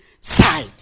side